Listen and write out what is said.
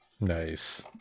Nice